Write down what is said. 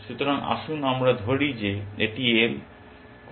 সুতরাং আসুন আমরা ধরি যে এটি L কোনো লিফ এতে কিছু যায় আসে না